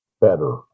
better